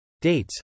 Dates